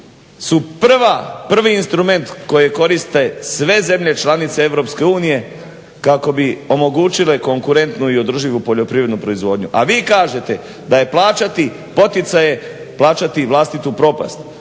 su prvi instrument koji koriste sve zemlje članice EU kako bi omogućile konkurentnu i održivu poljoprivrednu proizvodnju a vi kažete da je plaćati poticaje plaćati i vlastitu propast.